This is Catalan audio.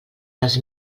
les